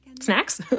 snacks